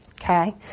Okay